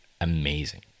amazing